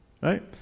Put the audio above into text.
Right